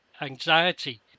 anxiety